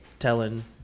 telling